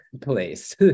place